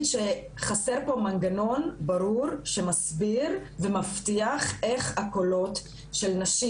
שחסר פה מנגנון ברור שמסביר ומבטיח איך הקולות של נשים